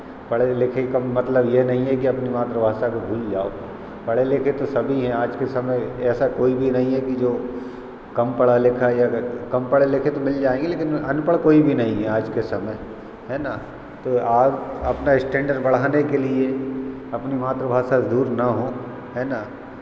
पढ़े लिखे का मतलब ये नहीं है कि अपनी मातृभाषा को भूल जाओ पढ़े लिखे तो सभी हैं आज के समय ऐसा कोई भी नहीं है कि जो कम पढ़ लिखा या कम पढ़े लिखे तो मिल जाएँगे लेकिन अनपढ़ कोई भी नहीं है आज के समय हैं ना तो आज अपना स्टैन्डर्ड बढ़ाने के लिए अपनी मातृभाषा से दूर ना हों है ना